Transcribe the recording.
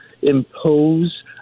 impose